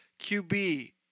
QB